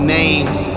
names